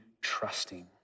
trusting